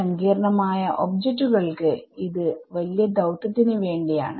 സങ്കീർണമായ ഒബ്ജെക്റ്റുകൾക്ക് ഇത് വലിയ ദൌത്യത്തിന് വേണ്ടിയാണ്